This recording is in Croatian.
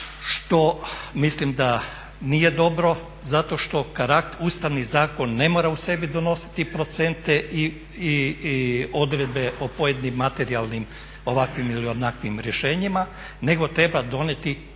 što mislim da nije dobro zato što ustavni zakon ne mora u sebi donositi procente i odredbe o pojedinim materijalnim ovakvim ili onakvim rješenjima nego treba donijeti temeljne